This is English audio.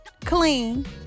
clean